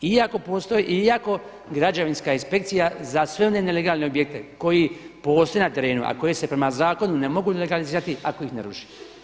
Iako građevinska inspekcija za sve one nelegalne objekte koji postoje na terenu a koje se prema zakonu ne mogu legalizirati ako ih ne ruši.